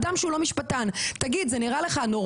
אדם שהוא לא משפטן האם זה נראה לו נורמלי,